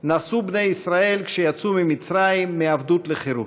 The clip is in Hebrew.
נשאו בני ישראל כשיצאו ממצרים, מעבדות לחירות,